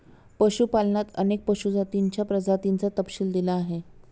पशुपालनात अनेक पशु जातींच्या प्रजातींचा तपशील दिला आहे